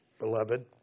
beloved